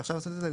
לעשות את זה?